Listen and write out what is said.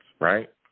right